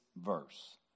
verse